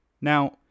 Now